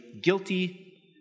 guilty